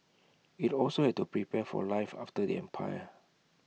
IT also had to prepare for life after the empire